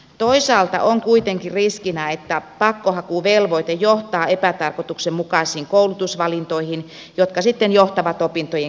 toisaalta on kuitenkin riskinä että pakkohakuvelvoite johtaa epätarkoituksenmukaisiin koulutusvalintoihin jotka sitten johtavat opintojen keskeytyksiin